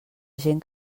gent